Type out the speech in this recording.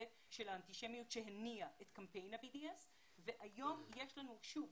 של אנטישמיות שהניעה את קמפיין ה-BDS והיום יש לנו שוב